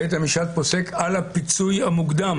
בית המשפט פוסק על הפיצוי המוקדם?